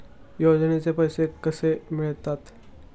योजनेचे पैसे कसे मिळतात?